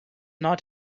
not